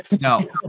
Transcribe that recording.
No